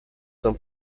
son